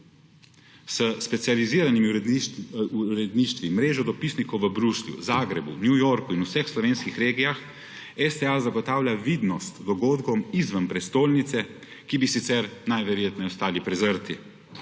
S specializiranimi uredništvi mrežo dopisnikov v Bruslju, Zagrebu, New Yorku in vseh slovenskih regijah STA zagotavlja vidnost dogodkom izven prestolnice, ki bi sicer najverjetneje ostali prezrti.